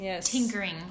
tinkering